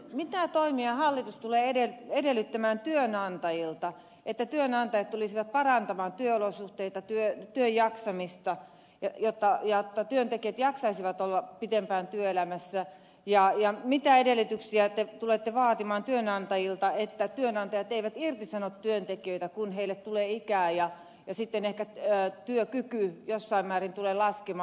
mitä toimia hallitus tulee edellyttämään työnantajilta että työnantajat tulisivat parantamaan työolosuhteita työssä jaksamista jotta työntekijät jaksaisivat olla pitempään työelämässä ja mitä edellytyksiä te tulette vaatimaan työnantajilta että työnantajat eivät irtisano työntekijöitä kun heille tulee ikää ja sitten ehkä työkyky jossain määrin tulee laskemaan